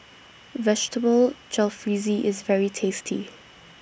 Vegetable Jalfrezi IS very tasty